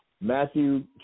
Matthew